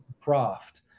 craft